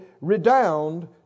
redound